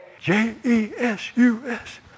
J-E-S-U-S